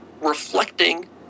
reflecting